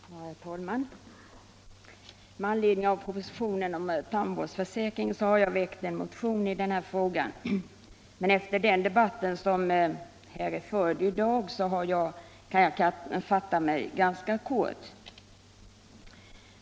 Herr talman! Med anledning av propositionen om tandvårdsförsäkringen har jag väckt en motion i den här frågan. Men efter den debatt som förts i dag kan jag fatta mig ganska kort.